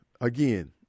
again